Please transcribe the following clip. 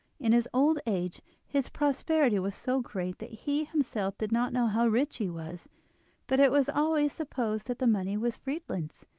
in his old age his prosperity was so great that he himself did not know how rich he was but it was always supposed that the money was friedlin's.